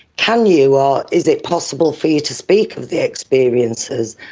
can you or is it possible for you to speak of the experiences?